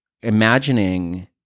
imagining